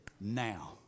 now